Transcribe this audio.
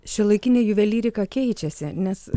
šiuolaikinė juvelyrika keičiasi nes